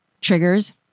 triggers